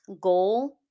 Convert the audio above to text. goal